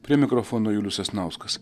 prie mikrofono julius sasnauskas